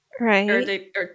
Right